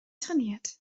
trainiert